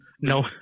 No